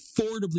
affordably